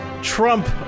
trump